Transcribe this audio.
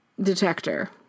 detector